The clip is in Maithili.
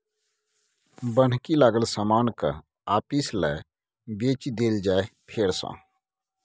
बन्हकी लागल समान केँ आपिस लए बेचि देल जाइ फेर सँ